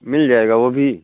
मिल जाएगा वो भी